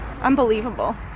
Unbelievable